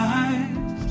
eyes